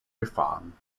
befahren